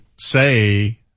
Say